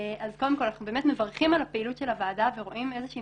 אז קודם כל אנחנו באמת מברכים על הפעילות של הוועדה ורואים איזה שהיא